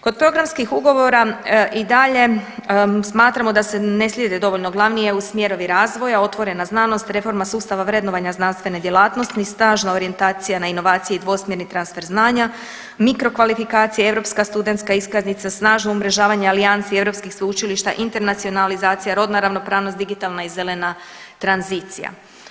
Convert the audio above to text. Kod programskih ugovora i dalje smatramo da se ne slijede dovoljno glavni eu smjerovi razvoja, otvorena znanost, reforma sustava vrednovanja znanstvene djelatnosti, ni stažna orijentacija na inovacije i dvosmjerni transfer znanja, mikro kvalifikacije i europska studentska iskaznica, snažno umrežavanje … [[Govornik se ne razumije]] i europskih sveučilišta, internacionalizacija, rodna ravnopravnost, digitalna i zelena tranzicija.